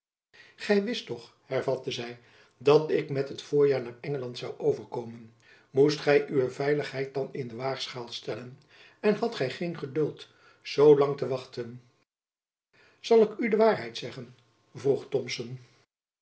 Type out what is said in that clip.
gy wist toch hervatte zy dat ik met het voorjaar naar engeland zoû overkomen moest gy uwe veiligheid dan in de waagschaal stellen en hadt gy geen geduld zoo lang te wachten zal ik u de waarheid zeggen vroeg thomson